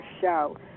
show